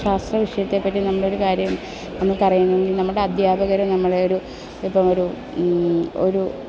ശാസ്ത്രവിഷയത്തെപ്പറ്റി നമ്മളൊരു കാര്യം നമുക്കറിയണമെങ്കിൽ നമ്മുടെ അധ്യാപകരെ നമ്മളെ ഒരു ഇപ്പം ഒരു ഒരു